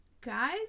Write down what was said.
guys